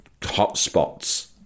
hotspots